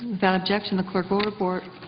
without objection, the clerk will report.